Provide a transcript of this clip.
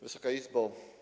Wysoka Izbo!